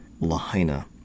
Lahaina